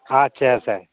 আচ্ছা আচ্ছা